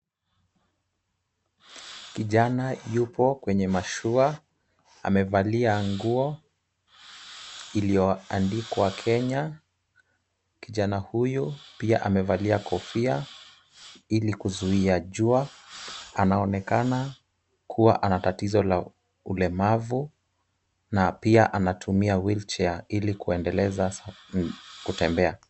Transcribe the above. Kijana yupo kwenye mashua amevalia nguo iliyoandikwa Kenya. Kijana huyu pia amevalia kofia ili kuzuia jua. Anaonekana kuwa ana tatizo la ulemavu na pia anatumia wheelchair ili kuendeleza kutembea.